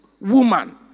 woman